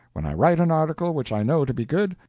when i write an article which i know to be good,